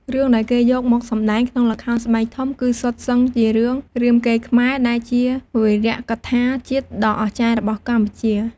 រឿងដែលគេយកមកសម្តែងក្នុងល្ខោនស្បែកធំគឺសុទ្ធសឹងជារឿង រាមកេរ្តិ៍ខ្មែរ ដែលជាវីរកថាជាតិដ៏អស្ចារ្យរបស់កម្ពុជា។